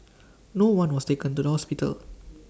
no one was taken to the hospital